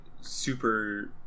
super